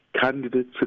candidates